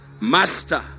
master